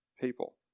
people